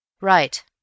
Right